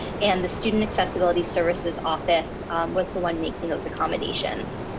and the student accessibility services office was the one making those accommodations.